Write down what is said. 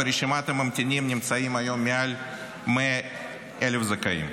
ברשימת הממתינים נמצאים היום מעל 100,000 זכאים.